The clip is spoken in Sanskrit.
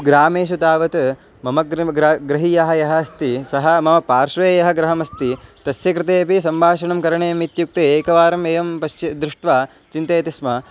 ग्रामेषु तावत् मम गृहीयः यः अस्ति सः मम पार्श्वे यः गृहमस्ति तस्य कृते अपि सम्भाषणं करणीयम् इत्युक्ते एकवारं एवं पश्य दृष्ट्वा चिन्तयति स्म